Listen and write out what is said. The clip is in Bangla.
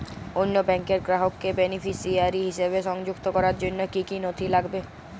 অন্য ব্যাংকের গ্রাহককে বেনিফিসিয়ারি হিসেবে সংযুক্ত করার জন্য কী কী নথি লাগবে?